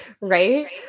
right